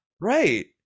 Right